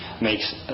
makes